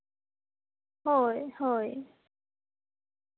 ᱦᱳᱭ ᱦᱳᱭ